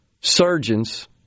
surgeons